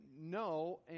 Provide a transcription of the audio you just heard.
no